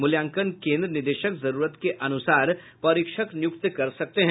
मूल्यांकन केन्द्र निदेशक जरूरत के अनुसार परीक्षक नियुक्त कर सकते हैं